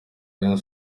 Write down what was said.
rayon